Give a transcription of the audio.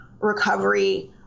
recovery